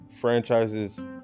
franchise's